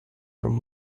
from